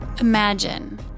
Imagine